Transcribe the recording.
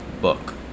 book